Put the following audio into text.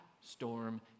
storm